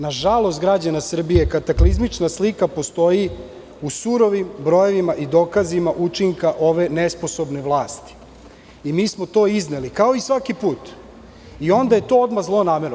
Na žalost građana Srbije, kataklizmična slika postoji u surovim brojevima i dokazima učinka ove nesposobne vlasti i mi smo to izneli, kao i svaki put, i onda je to odmah zlonamerno.